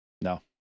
No